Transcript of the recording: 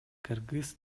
кыргыз